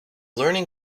learning